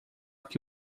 que